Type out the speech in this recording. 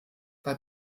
bei